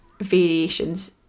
variations